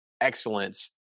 excellence